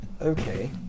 Okay